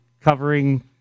covering